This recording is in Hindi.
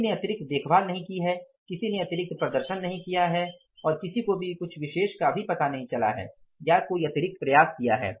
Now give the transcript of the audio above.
किसी ने अतिरिक्त देखभाल नहीं की है किसी ने अतिरिक्त प्रदर्शन नहीं किया है और किसी को भी कुछ विशेष का भी पता नहीं चला है या कोई अतिरिक्त प्रयास किया है